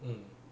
mm